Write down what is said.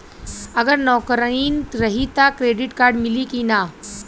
अगर नौकरीन रही त क्रेडिट कार्ड मिली कि ना?